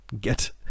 get